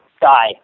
die